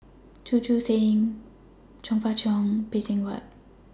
Chu Chee Seng Chong Fah Cheong and Phay Seng Whatt